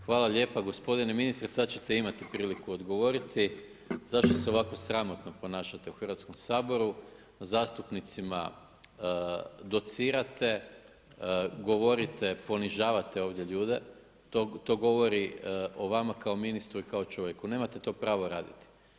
Hvala lijepa gospodine ministre sad ćete imati priliku odgovoriti zašto se ovako sramotno ponašate u Hrvatskom saboru, zastupnicima docirate, govorite ponižavate ovdje ljude, to govori o vama kao ministru i kao čovjeku, nemate to pravo raditi.